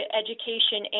education